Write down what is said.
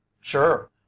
sure